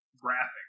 graphic